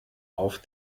auf